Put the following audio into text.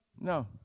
No